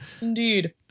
indeed